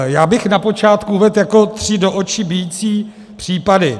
Já bych na počátku uvedl jako tři do očí bijící případy.